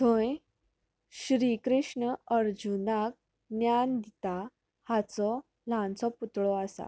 थंय श्री कृष्ण अर्जुनाक ज्ञान दिता हाचो ल्हानसो पुतळो आसा